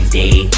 day